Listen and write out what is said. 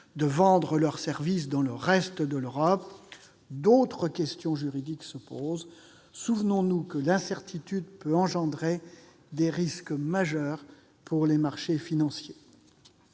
de vendre leurs services dans ce domaine dans le reste de l'Europe. D'autres questions juridiques se posent. Souvenons-nous que l'incertitude peut créer des risques majeurs pour les marchés financiers.